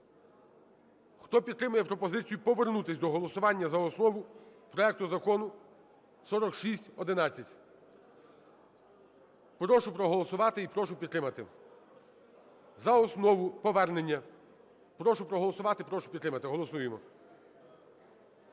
Хто підтримує пропозицію повернутися до голосування за основу проекту Закону 4611. Прошу проголосувати і прошу підтримати. За основу – повернення. Прошу проголосувати, прошу підтримати. Голосуємо.